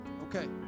Okay